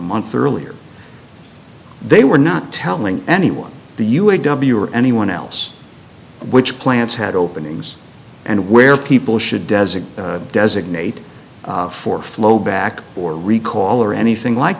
month earlier they were not telling anyone the u a w or anyone else which plants had openings and where people should designate designate for flow back or recall or anything like